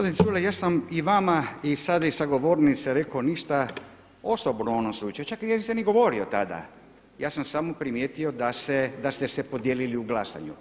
Gospodin Culej ja sam i vama i sad i sa govornice rekao ništa osobno o onom slučaju, čak nisam ni govorio tada, ja sam samo primijetio da ste se podijelili u glasanju.